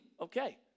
okay